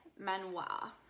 Manoir